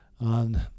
on